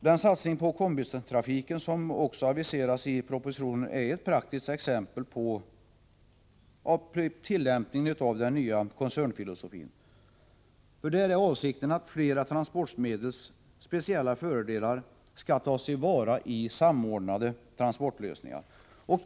Den satsning på kombitrafik som aviseras i propositionen är ett exempel på tillämpningen av den nya koncernfilosofin. Avsikten är att flera transportmedels speciella fördelar skall tas till vara i samordnade transportlösningar.